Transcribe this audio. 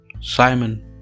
Simon